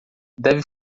deve